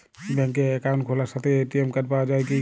ব্যাঙ্কে অ্যাকাউন্ট খোলার সাথেই এ.টি.এম কার্ড পাওয়া যায় কি?